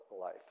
life